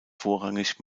vorrangig